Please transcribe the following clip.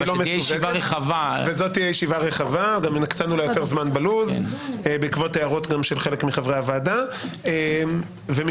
על אותו נושא, המשך לדיון הקודם ולא מסווגת.